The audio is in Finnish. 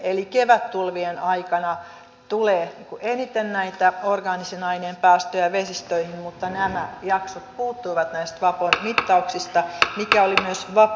eli kevättulvien aikana tulee eniten näitä orgaanisen aineen päästöjä vesistöihin mutta nämä jaksot puuttuivat näistä vapon mittauksista mikä oli myös vapon tiedossa